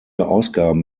ausgaben